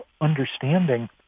understanding